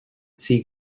see